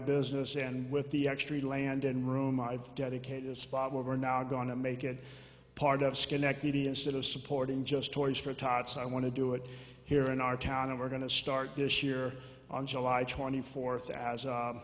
business and with the extreme landon room i've dedicated a spot we're now going to make it part of schenectady instead of supporting just toys for tots i want to do it here in our town and we're going to start this year on july twenty fourth as